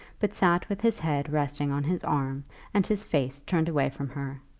but sat with his head resting on his arm and his face turned away from her.